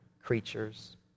creatures